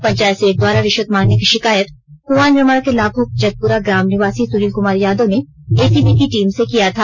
पंचायत सेवक द्वारा रिश्वत मांगने की शिकायत कुआं निर्माण के लाभुक जतपुरा ग्राम निवासी सुनिल कुमार यादव ने एसीबी की टीम से किया था